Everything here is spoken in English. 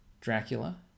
Dracula